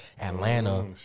Atlanta